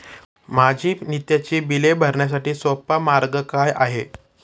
माझी नित्याची बिले भरण्यासाठी सोपा मार्ग काय आहे?